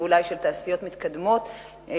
אולי של תעשיות מתקדמות ובכלל,